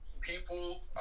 People